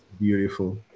beautiful